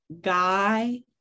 guy